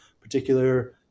particular